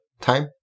time